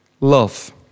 love